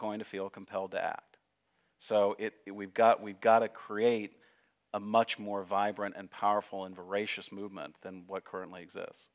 going to feel compelled to act so we've got we've got to create a much more vibrant and powerful and racist movement than what currently exist